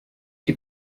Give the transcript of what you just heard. die